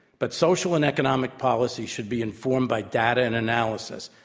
but social and economic policy should be informed by data and analysis,